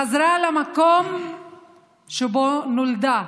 חזרה למקום שבו נולדה